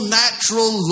natural